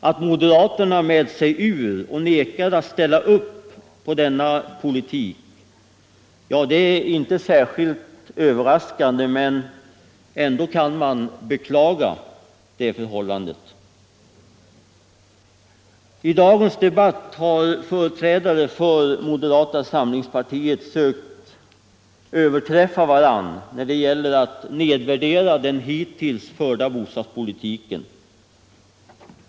Att moderaterna mält sig ur och nekar att ställa upp på denna politik är kanske inte särskilt överraskande, men förhållandet kan ändå beklagas. I dagens debatt har företrädare för moderaterna sökt överträffa varandra när det gällt att nedvärdera den hittills förda bostadspolitiken.